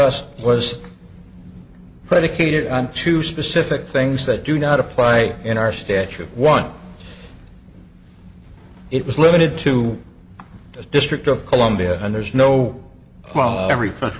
t was predicated on two specific things that do not apply in our statute one it was limited to the district of columbia and there's no oh every